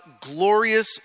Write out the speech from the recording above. glorious